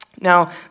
Now